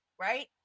right